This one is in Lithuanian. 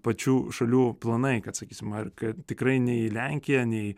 pačių šalių planai kad sakysim ar kad tikrai nei lenkija nei